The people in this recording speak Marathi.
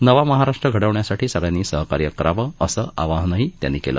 नवा महाराष्ट् घडवण्यासाठी सगळ्यांनी सहकार्य करावं असं आवाहनंही त्यांनी केलं